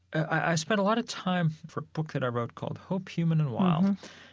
i spent a lot of time for a book that i wrote called hope, human and wild.